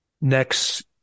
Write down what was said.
next